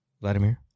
Vladimir